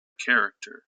character